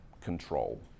control